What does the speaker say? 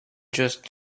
just